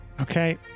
Okay